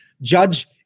judge